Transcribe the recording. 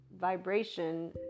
vibration